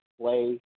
play